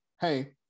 hey